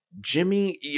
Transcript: Jimmy